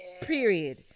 Period